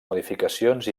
modificacions